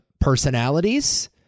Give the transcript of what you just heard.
personalities